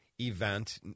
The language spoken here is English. event